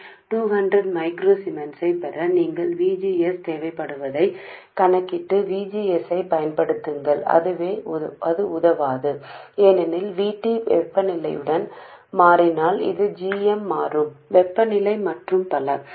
8 volt అందువల్ల 200 సూక్ష్మ siemens పొందడానికి మీరు VGS అవసరం ఏమిటో లెక్కించండి ఆపై VGS ను వర్తింపజేయండి మరియు VT ను ఉష్ణోగ్రతతో మార్చుకుంటే ఈ జిఎం షిఫ్ట్ ఉష్ణోగ్రతతో మార్పు మరియు